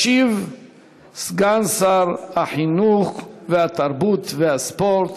ישיב סגן שר החינוך, התרבות והספורט,